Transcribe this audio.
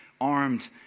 armed